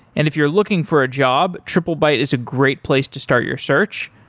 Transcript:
and if you're looking for a job, triplebyte is a great place to start your search,